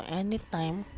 anytime